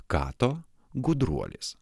kato gudruolis